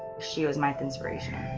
she was my thinspiration.